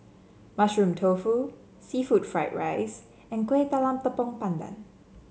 Mushroom Tofu seafood Fried Rice and Kuih Talam Tepong Pandan